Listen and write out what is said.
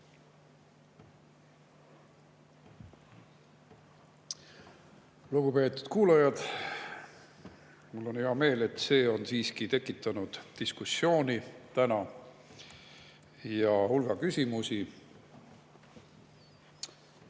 Lugupeetud kuulajad! Mul on hea meel, et see on siiski tekitanud täna diskussiooni ja hulga küsimusi.